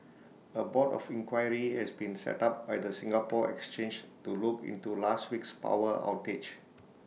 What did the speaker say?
A board of inquiry has been set up by the Singapore exchange to look into last week's power outage